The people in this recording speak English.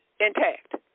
intact